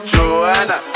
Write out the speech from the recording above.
Joanna